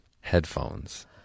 headphones